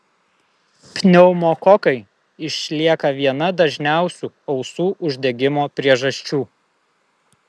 pneumokokai išlieka viena dažniausių ausų uždegimo priežasčių